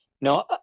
No